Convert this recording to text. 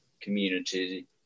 community